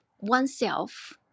oneself